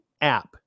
app